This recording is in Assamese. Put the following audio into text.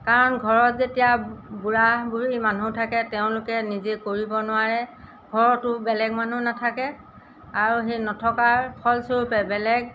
কাৰণ ঘৰত যেতিয়া বুঢ়া বুঢ়ী মানুহ থাকে তেওঁলোকে নিজে কৰিব নোৱাৰে ঘৰতো বেলেগ মানুহ নাথাকে আৰু সেই নথকাৰ ফলস্বৰূপে বেলেগ